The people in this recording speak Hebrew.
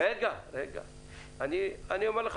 אני אומר לך.